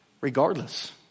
regardless